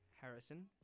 Harrison